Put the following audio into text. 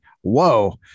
whoa